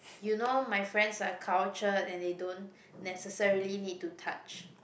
you know my friends are cultured and they don't necessarily need to touch